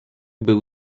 był